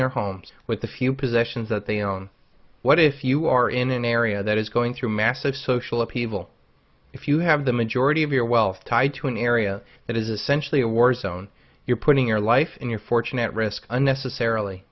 their homes with the few possessions that they own what if you are in an area that is going through massive social upheaval if you have the majority of your wealth tied to an area that is essentially a war zone your putting your life in your fortune at risk unnecessarily